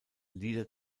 lieder